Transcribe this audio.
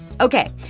Okay